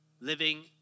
living